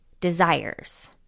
desires